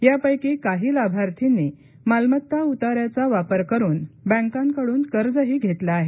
यापैकी काही लाभार्थींनी मालमत्ता उताऱ्याचा वापर करुन बँकांकडून कर्जही घेतलं आहे